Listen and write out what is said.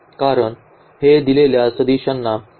कारण हे दिलेल्या सदिशांना समांतर आहे